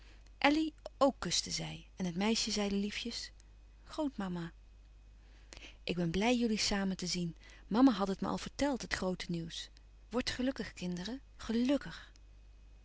elly ook kuste zij en het meisje zeide liefjes grootmama ik ben blij jullie samen te zien mama had het me al verteld het groote nieuws wordt gelukkig kinderen gelùkkig